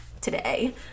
today